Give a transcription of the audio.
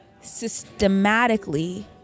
systematically